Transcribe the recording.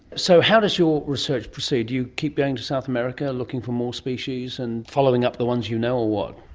so how does your research proceed? do you keep going to south america looking for more species and following up the ones you know, or what?